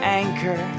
anchor